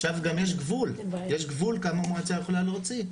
עכשיו גם יש גבול כמה המועצה יכולה להוציא.